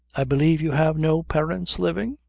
i believe you have no parents living?